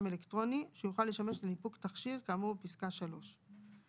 אלקטרוני שיוכל לשמש לניפוק תכשיר כאמור בפסקה (3);